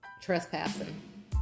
Trespassing